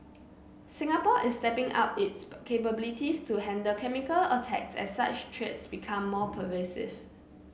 Singapore is stepping up its capabilities to handle chemical attacks as such threats become more pervasive